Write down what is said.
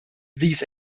these